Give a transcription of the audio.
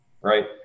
right